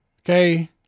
Okay